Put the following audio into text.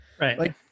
Right